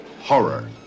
horror